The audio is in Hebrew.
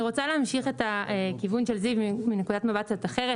אני רוצה להמשיך את הכיוון של זיו מנקודת מבט קצת אחרת.